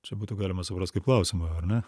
čia būtų galima suprast kaip klausimą ar ne